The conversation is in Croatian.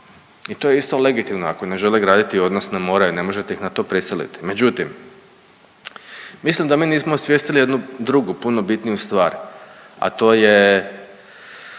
I to je isto legitimno ako ne žele graditi odnos, no moraju, ne možete ih na to prisiliti. Međutim, mislim da mi nismo osvijestili jednu drugu puno bitniju stvar a to je